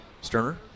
Sterner